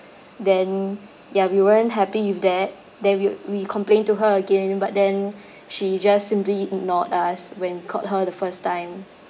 then ya we weren't happy with that then we'd we complain to her again but then she just simply ignored us when called her the first time